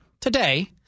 today